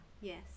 yes